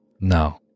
No